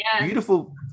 beautiful